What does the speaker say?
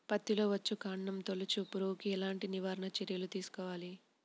పత్తిలో వచ్చుకాండం తొలుచు పురుగుకి ఎలాంటి నివారణ చర్యలు తీసుకోవాలి?